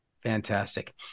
Fantastic